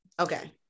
Okay